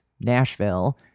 Nashville